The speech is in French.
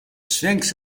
sphinx